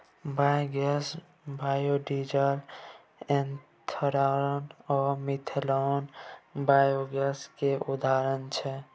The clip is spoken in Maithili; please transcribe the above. बायोगैस, बायोडीजल, एथेनॉल आ मीथेनॉल बायोगैस केर उदाहरण छै